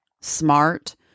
smart